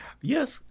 Yes